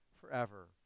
forever